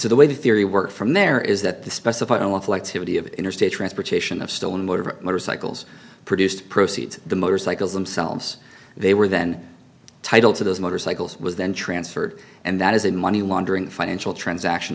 so the way the theory work from there is that the specified unlawful activity of interstate transportation of stolen motor motorcycles produced proceeds the motorcycles themselves they were then title to those motorcycles was then transferred and that is a money laundering financial transaction